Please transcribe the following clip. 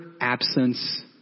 absence